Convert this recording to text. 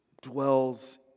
dwells